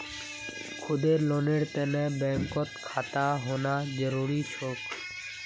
खुदेर लोनेर तने बैंकत खाता होना जरूरी छोक